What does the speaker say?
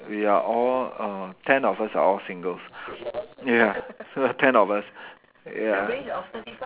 we are all uh ten of us are all singles ya so ten of us ya